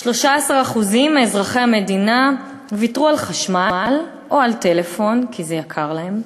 13% מאזרחי המדינה ויתרו על חשמל או על טלפון כי זה יקר להם.